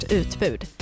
utbud